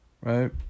right